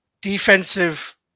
defensive